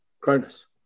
Cronus